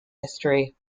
history